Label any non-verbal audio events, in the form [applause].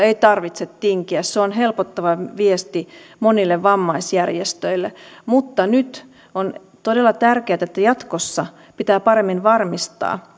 [unintelligible] ei tarvitse tinkiä se on helpottava viesti monille vammaisjärjestöille mutta nyt on todella tärkeätä ja jatkossa pitää paremmin varmistaa [unintelligible]